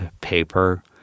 paper